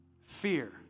Fear